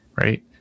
right